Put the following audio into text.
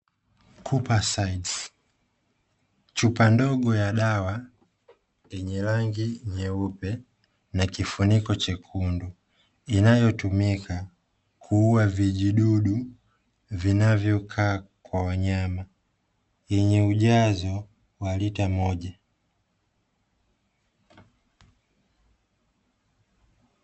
"KUPACIDE". Chupa ndogo ya dawa yenye rangi nyeupe na kifuniko chekundu, inayotumika kuuwa vijidudu vinavyokaa kwa wanyama yenye ujazo wa lita moja.